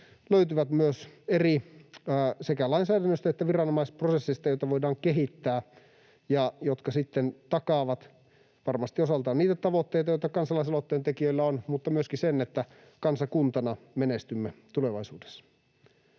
löytyvät sekä lainsäädännöstä että viranomaisprosesseista, joita voidaan kehittää ja jotka sitten takaavat varmasti osaltaan niitä tavoitteita, joita kansalaisaloitteen tekijöillä on, mutta myöskin sen, että kansakuntana menestymme tulevaisuudessa.